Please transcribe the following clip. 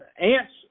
Ants